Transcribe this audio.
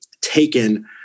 taken